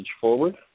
forward